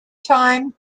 time